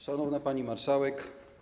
Szanowna Pani Marszałek!